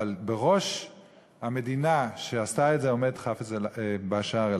אבל בראש המדינה שעשתה את זה עומד בשאר אל-אסד.